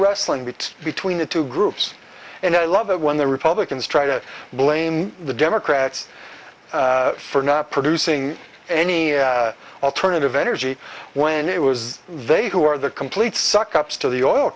wrestling bit between the two groups and i love it when the republicans try to blame the democrats for not producing any alternative energy when it was they who are the complete suck ups to the oil